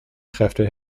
kräfte